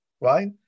right